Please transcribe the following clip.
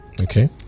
Okay